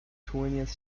twentieth